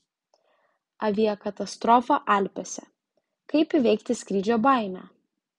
aviakatastrofa alpėse kaip įveikti skrydžio baimę